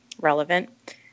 relevant